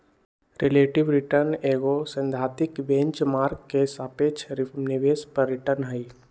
relative return एगो सैद्धांतिक benchmark के सापेक्ष निवेश पर रिटर्न हइ